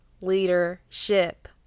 leadership